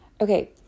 Okay